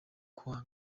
kuwa